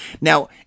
Now